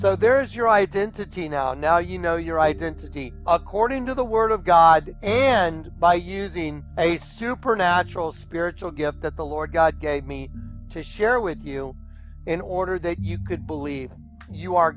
so there is your identity now and now you know your identity according to the word of god i'd end by using a supernatural spiritual gifts that the lord god gave me to share with you in order that you could believe you are